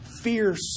fierce